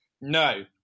No